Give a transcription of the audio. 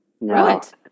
Right